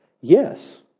Yes